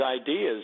ideas